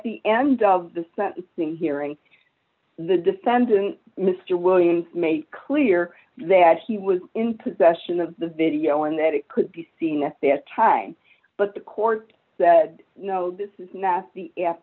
the end of the sentencing hearing the defendant mr williams made clear that he was in possession of the video and that it could be seen at that time but the court said no this is n